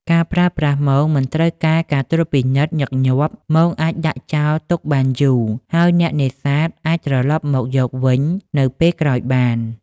ការប្រើប្រាស់មងមិនត្រូវការការត្រួតពិនិត្យញឹកញាប់ មងអាចដាក់ចោលទុកបានយូរ ហើយអ្នកនេសាទអាចត្រឡប់មកយកវិញនៅពេលក្រោយបាន។